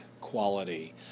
quality